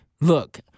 Look